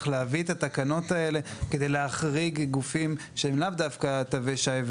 הוא להביא את התקנות האלה כדי להחריג גופים שהם לאו דווקא תווי שי,